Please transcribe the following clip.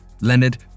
Leonard